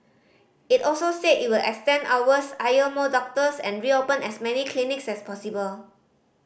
it also said it will extend hours hire more doctors and reopen as many clinics as possible